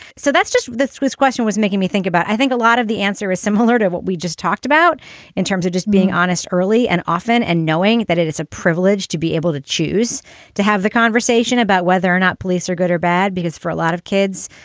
so that's just this was question was making me think about i think a lot of the answer is similar to what we just talked about in terms of just being honest early and often and knowing that it is a privilege to be able to choose to have the conversation about whether or not police are good or bad, because for a lot of kids,